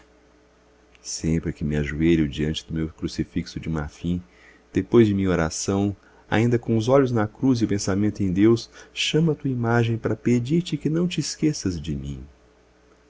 sempre que me ajoelho diante do meu crucifixo de marfim depois de minha oração ainda com os olhos na cruz e o pensamento em deus chamo a tua imagem para pedir-te que não te esqueças de mim